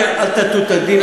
אל תטו את הדין,